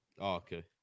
okay